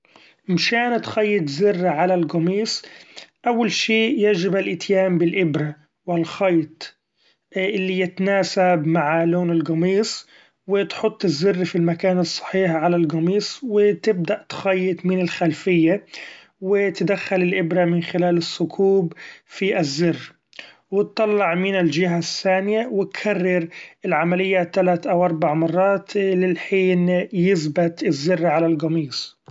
مشان تخيط زر علي القميص أول شي يجب الإتيان بالإبرة و الخيط الي يتناسب مع لون القميص ، و تحط الزر في المكان الصحيح علي القميص و تبدأ تخيط من الخلفيه و تدخل الإبرة من خلال الثقوب في الزر و تطلع من الجهه الثانية ، و كرر العملية تلات أو أربع مرات للحين يثبت الزر علي القميص.